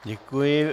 Děkuji.